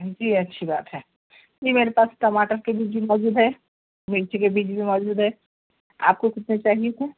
جی اچھی بات ہے جی میرے پاس ٹماٹر کے بیج بھی موجود ہے مرچی کے بیج بھی موجود ہے آپ کو کتنا چاہیے تھا